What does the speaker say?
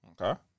Okay